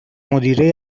مدیره